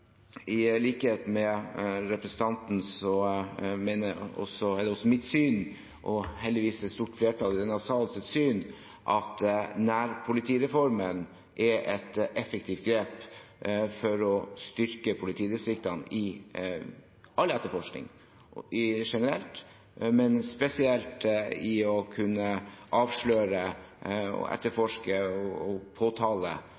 I likhet med representanten er det også mitt syn – og heldigvis synet til et stort flertall i denne sal – at nærpolitireformen er et effektivt grep for å styrke politidistriktene i all etterforskning generelt, men spesielt med hensyn til å kunne avsløre og